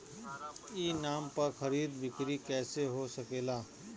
ई नाम पर खरीद बिक्री कैसे हो सकेला?